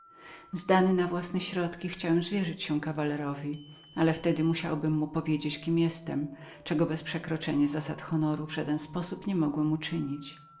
oddany własnym moim środkom chciałem zwierzyć się kawalerowi ale wtedy musiałbym był powiedzieć mu kim jestem czego bez przekroczenia zasad honoru w żaden sposób nie mogłem uczynić